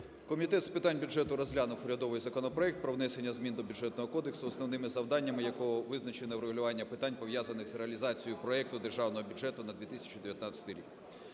Комітет з питань бюджету розглянув урядовий законопроект про внесення змін до Бюджетного кодексу, основними завданнями якого визначене врегулювання питань, пов'язаних з реалізацією проекту Державного бюджету на 2019 рік.